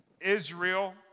Israel